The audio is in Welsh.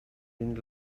mynd